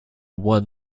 one